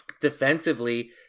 defensively